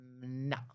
no